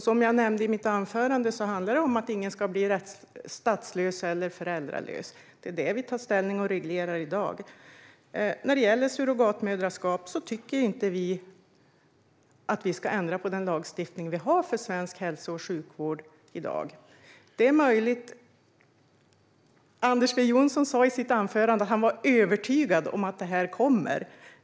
Som jag nämnde i mitt anförande handlar det om att ingen ska bli statslös eller föräldralös. Det är det vi tar ställning för och reglerar i dag. När det gäller surrogatmoderskap tycker inte vi att vi ska ändra på den lagstiftning vi har för svensk hälso och sjukvård i dag. Anders W Jonsson sa i sitt anförande att han är övertygad om att det här kommer.